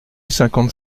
cinquante